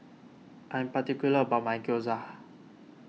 I am particular about my Gyoza